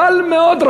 קל מאוד,